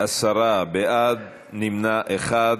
עשרה בעד, נמנע אחד.